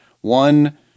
one